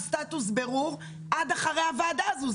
של סטטוס בירור עד אחרי הוועדה הזאת.